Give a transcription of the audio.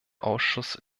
ausschuss